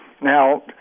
Now